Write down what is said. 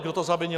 Kdo to zavinil?